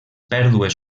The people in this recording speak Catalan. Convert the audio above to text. pèrdues